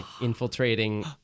infiltrating